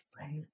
Right